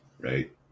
right